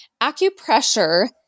acupressure